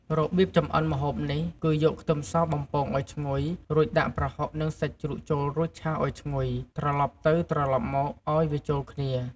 របៀបចម្អិនម្ហូបនេះ គឺយកខ្ទឹមសបំពងឲ្យឈ្ងុយ រួចដាក់ប្រហុកនឹងសាច់ជ្រូកចូលរួចឆាឲ្យឈ្ងុយ ត្រឡប់ទៅត្រឡប់មកឲ្យវាចូលគ្នា។